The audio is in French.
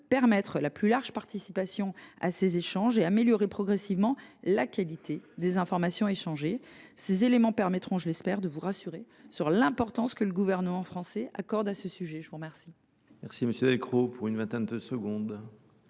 permettre la plus large participation à ces échanges et améliorer progressivement la qualité des informations échangées. Ces éléments permettront, je l’espère, de vous rassurer sur l’importance que le Gouvernement accorde à ce sujet. La parole